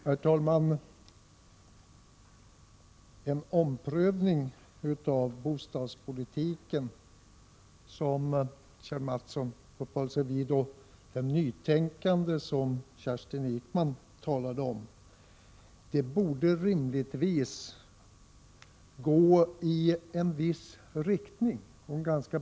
Herr talman! Den omprövning av bostadspolitiken som Kjell Mattsson uppehöll sig vid och det nytänkande som Kerstin Ekman talade om borde rimligtvis gå i en viss, bestämd riktning.